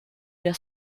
der